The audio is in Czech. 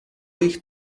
jich